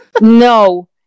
No